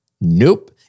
Nope